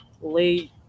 late